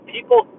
People